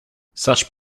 such